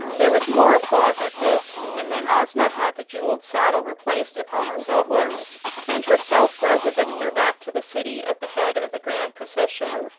there was more applause at this, and then ozma had the jewelled saddle replaced upon the sawhorse and herself rode the victor back to the city at the head of the grand procession.